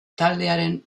taldearen